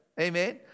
Amen